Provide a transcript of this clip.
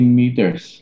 meters